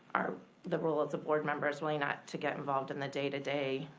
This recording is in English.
um the role as a board member is really not to get involved in the day-to-day,